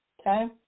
Okay